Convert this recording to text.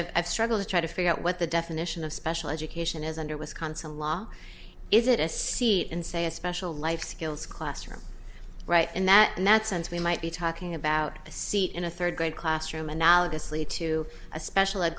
a struggle to try to figure out what the definition of special education is under wisconsin law is it a seat in say a special life skills classroom right in that in that sense we might be talking about a seat in a third grade classroom analogously to a special ed